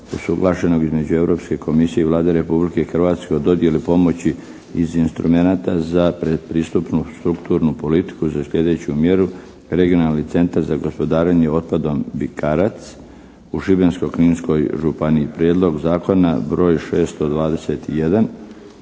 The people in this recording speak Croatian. usuglašenog između Europske komisije i Vlade Republike Hrvatske o dodjeli pomoći iz instrumenata za pretpristupnu strukturnu politiku za sljedeću mjeru regionalni centar za gospodarenje otpadom Bikarac, u Šibensko-kninskoj županiji, Hrvatska,